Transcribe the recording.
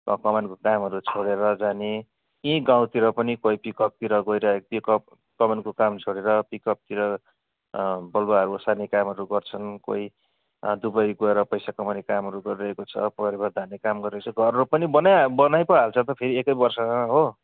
कमानको कामहरू छोडेर जाने यहीँ गाउँतिर पनि कोही पिकअपतिर गएर पिकअप कमानको काम छोडेर पिकअपतिर बलुवाहरू ओसार्ने कामहरू गर्छन् कोई दुबई गएर पैसा कमाउने कामहरू गरिरहेको छ परिवार धान्ने काम गरिरहेको छ घरहरू पनि बनाई बनाई पो हाल्छ त फेरि एकै वर्षमा हो